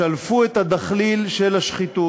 שלפו את הדחליל של השחיתות.